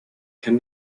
can